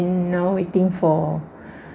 then now waiting for